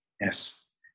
yes